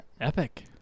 Epic